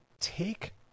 take